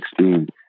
2016